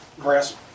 grass